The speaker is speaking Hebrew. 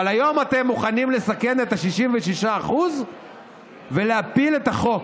אבל היום אתם מוכנים לסכן את ה-66% ולהפיל את החוק.